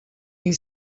you